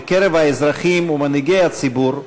בקרב האזרחים ומנהיגי הציבור,